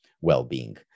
well-being